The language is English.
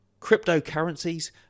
cryptocurrencies